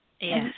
Yes